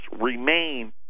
remain